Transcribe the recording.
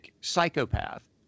psychopath